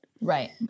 Right